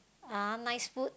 uh nice food